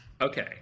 Okay